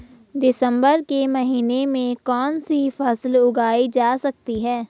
दिसम्बर के महीने में कौन सी फसल उगाई जा सकती है?